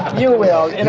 you will.